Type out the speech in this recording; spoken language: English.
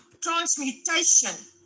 transmutation